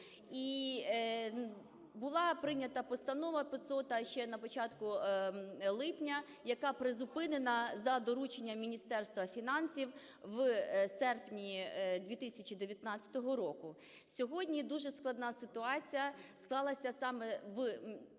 І була прийнята Постанова 500 ще на початку липня, яка призупинена за дорученням Міністерства фінансів в серпні 2019 року. Сьогодні дуже складна ситуація склалася саме у